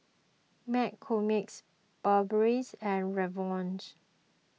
McCormick's Burberry and Revlon